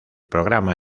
programa